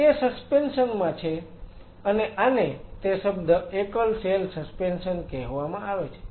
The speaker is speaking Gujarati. તે સસ્પેન્શન માં છે અને આને તે શબ્દ એકલ સેલ સસ્પેન્શન કહેવામાં આવે છે